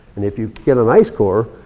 and if you get an ice core,